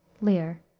lear.